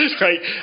right